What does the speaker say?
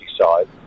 side